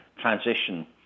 transition